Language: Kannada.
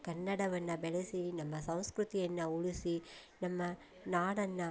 ಕನ್ನಡವನ್ನು ಬೆಳೆಸಿ ನಮ್ಮ ಸಂಸ್ಕೃತಿಯನ್ನು ಉಳಿಸಿ ನಮ್ಮ ನಾಡನ್ನು